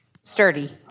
sturdy